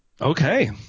Okay